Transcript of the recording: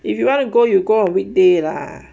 if you want to go you go on weekday lah